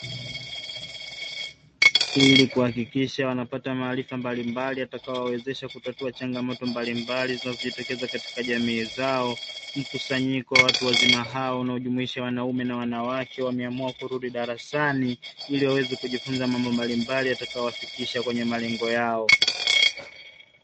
Ili kuhakikisha wanapata maarifa mbalimbali atakaowawezesha kutatua changamoto mbalimbali zinazojitokeza katika jamii zao, mkusanyiko wa watu wazima hao wanaojumuisha wanaume na wanawake wameamua kurudi darasani ili waweze kujifunza mambo mbalimbali yatakayowafikisha kwenye malengo yao.